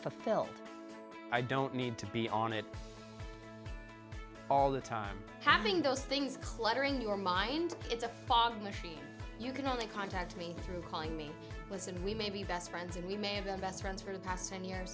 fulfilled i don't need to be on it all the time having those things cluttering your mind it's a fog machine you can only contact me through calling me listen we may be best friends and we may have been best friends for the past ten years